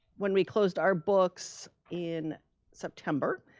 when we closed our books in september,